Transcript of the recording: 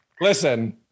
listen